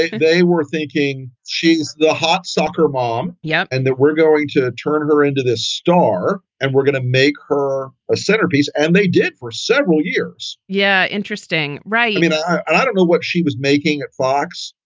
they they were thinking she's the hot soccer mom. yeah. and that we're going to turn her into this star and we're gonna make her a centerpiece. and they did for several years. yeah. interesting. right. you know i don't know what she was making at fox.